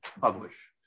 publish